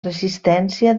resistència